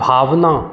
भावना